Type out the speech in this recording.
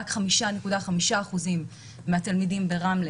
ובו ראינו שרק 5.5% מהתלמידים ברמלה